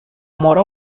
mora